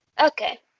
Okay